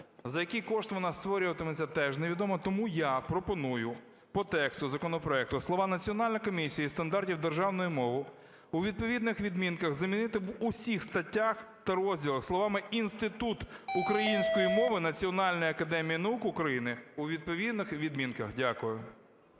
за які кошти вона створюватиметься теж невідомо, тому я пропоную по тексту законопроекту слова "Національна комісія зі стандартів державної мови" у відповідних відмінках замінити в усіх статтях та розділах словами "Інститут української мови Національної Академії Наук України" у відповідних відмінках. Дякую.